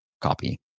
copy